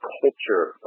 culture